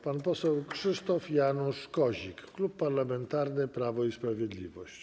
Pan poseł Krzysztof Janusz Kozik, Klub Parlamentarny Prawo i Sprawiedliwość.